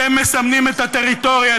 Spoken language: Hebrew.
אתם מסמנים את הטריטוריה,